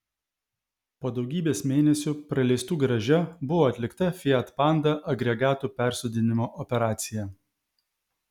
po daugybės mėnesių praleistų garaže buvo atlikta fiat panda agregatų persodinimo operacija